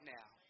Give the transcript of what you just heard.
now